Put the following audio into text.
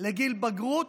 לגיל בגרות,